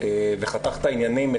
וחתך את העניינים.